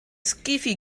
skiffle